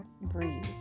breathe